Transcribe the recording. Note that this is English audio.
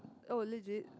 oh legit